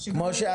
שהמשא